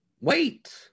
Wait